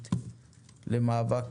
ממשלתית במאבק